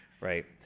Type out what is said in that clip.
right